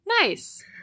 Nice